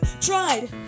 tried